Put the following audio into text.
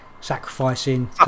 sacrificing